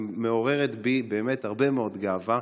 והיא מעוררת בי באמת הרבה מאוד גאווה.